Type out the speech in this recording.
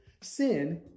sin